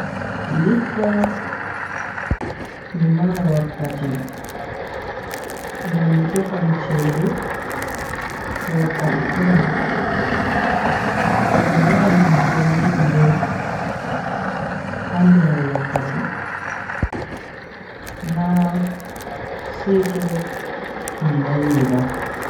Ndikka mi mara wakkati ngam mi tefan cede to wakkati don. mi wadan komi yidi bo ha nder wakkati na seto mi naiwi ba.